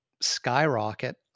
skyrocket